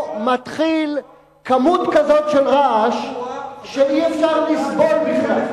פה מתחילה כמות כזאת של רעש שאי-אפשר לסבול בכלל.